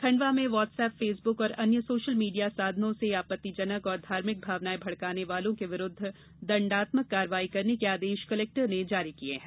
खण्डवा में WhatsApp Facebook और अन्य सोशल मीडिया साधनों से आपत्तिजनक और धार्मिक भावनाएं भड़काने वालों के विरूद्ध दण्डात्मक कार्यवाही करने के आदेश कलेक्टर ने जारी किये हैं